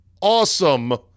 awesome